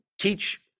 teach